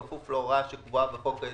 בכפוף להוראה שקבועה בחוק היסוד,